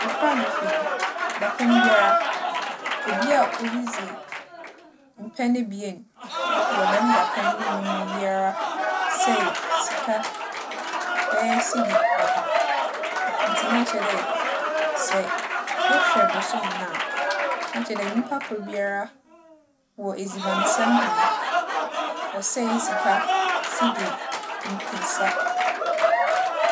Wͻ kurow a mifi no, dapɛn biara, obi a odzidzi mpɛn ebien wͻ dɛm dapɛn no mu no biara sɛɛ sika bɛyɛ sidi ͻha. Ntsi na kyerɛ dɛ, sɛ yɛhwɛ bosoom no a, na kyerɛ dɛ nyimpakor biara wͻ edzibansɛm ho no, ͻsɛɛ sika sidi mpesa.